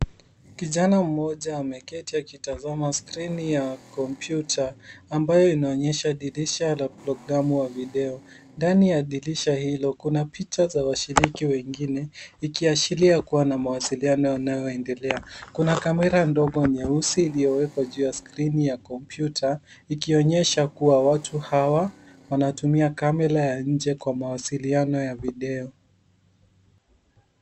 Kijana mmoja ameketi akitazama skirini ya kompyuta ambayo inaonyesha dirisha la programu au video. Ndani ya dirisha hilo kuna picha za washiriki wengine ikiaashiria kuwa na mawasiliano yanayoendelea. Kuna kamera ndogo nyeusi iliyowekwa juu ya skirini ya kompyuta ikionyesha kuwa watu hawa wanatumia kamera ya nje kwa mawasiliano ya video.